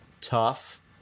tough